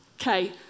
Okay